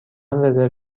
رزرو